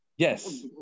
Yes